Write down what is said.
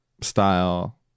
style